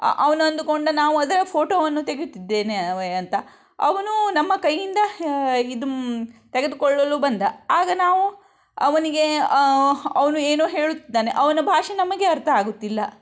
ಅವನಂದುಕೊಂಡ ನಾವು ಅದರ ಫೋಟೋವನ್ನು ತೆಗಿಯುತ್ತಿದ್ದೇನೆ ಅಂತ ಅವನು ನಮ್ಮ ಕೈಯ್ಯಿಂದ ಇದು ತೆಗದುಕೊಳ್ಳಲು ಬಂದ ಆಗ ನಾವು ಅವನಿಗೆ ಅವನು ಏನೋ ಹೇಳುತ್ತಿದ್ದಾನೆ ಅವನ ಭಾಷೆ ನಮಗೆ ಅರ್ಥ ಆಗುತ್ತಿಲ್ಲ